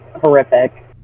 horrific